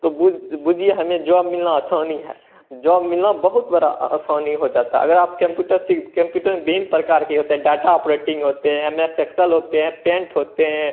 तो बूझिए हमें जॉब मिलना आसानी है जॉब मिलना बहुत बड़ा आसानी हो जाता अगर आप केम्प्यूटर सीख केम्प्यूटर विभिन्न प्रकार के होते हैं डाटा ऑपरेटिंग होते हैं एम एच एक्सेल होते हैं पेंट होते हैं